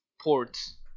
ports